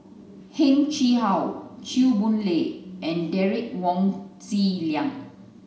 Heng Chee How Chew Boon Lay and Derek Wong Zi Liang